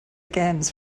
games